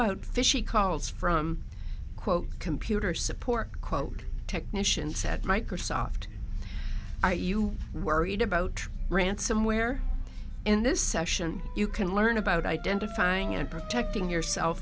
about fishy calls from quote computer support quote technicians at microsoft are you worried about ransomware in this session you can learn about identifying and protecting yourself